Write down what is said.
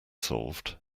solved